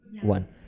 one